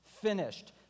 finished